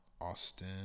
Austin